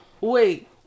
wait